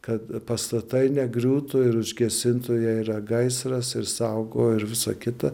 kad pastatai negriūtų ir užgesintų jei yra gaisras ir saugo ir visa kita